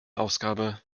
ausgabe